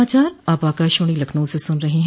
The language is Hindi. यह समाचार आप आकाशवाणी लखनऊ से सुन रहे हैं